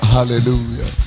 Hallelujah